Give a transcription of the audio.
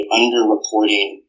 under-reporting